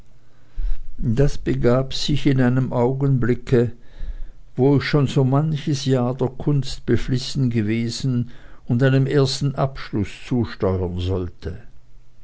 das begab sich in einem augenblicke wo ich schon so manches jahr der kunst beflissen gewesen und einem ersten abschluß zusteuern sollte